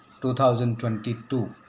2022